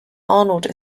arnold